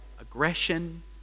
aggression